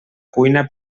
cuina